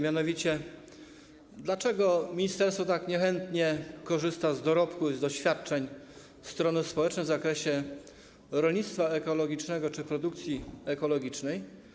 Mianowicie, dlaczego ministerstwo tak niechętnie korzysta z dorobku i z doświadczeń strony społecznej w zakresie rolnictwa ekologicznego czy produkcji ekologicznej?